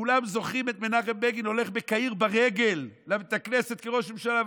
כולם זוכרים את מנחם בגין הולך בקהיר ברגל לבית הכנסת כראש ממשלה,